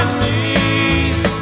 knees